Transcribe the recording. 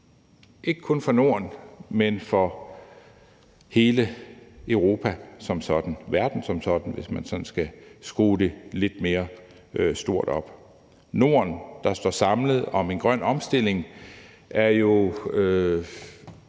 ikke kun for Norden, men også for hele Europa som sådan og verden som sådan, hvis man sådan skal skrue det lidt mere stort op. Norden, der står samlet om en grøn omstilling, er jo